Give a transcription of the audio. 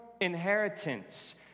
inheritance